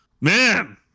Man